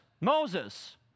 Moses